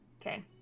Okay